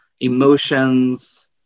emotions